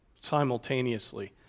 simultaneously